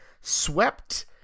swept